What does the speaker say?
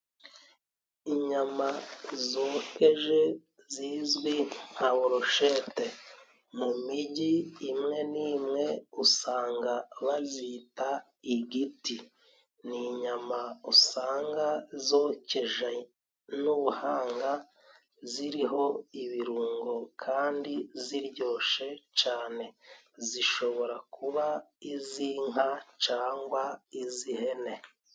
Inyama zokeje zizwi nka boroshete mu migi imwe n'imwe usanga bazita igiti. Ni inyama usanga zokeje n'ubuhanga ziriho ibirungo kandi ziryoshe cane, zishobora kuba iz'inka cangwa iz'ihene.